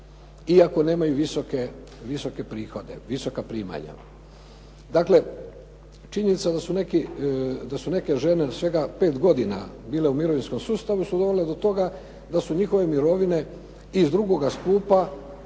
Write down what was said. iako nemaju visoke prihode, visoka primanja. Dakle, činjenica da su neke žene svega 5 godina bile u mirovinskom sustavu su dovele do toga da su njihove mirovine iz II. stupa,